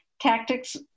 tactics